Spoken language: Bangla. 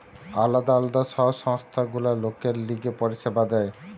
আলদা আলদা সব সংস্থা গুলা লোকের লিগে পরিষেবা দেয়